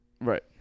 Right